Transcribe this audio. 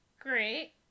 Great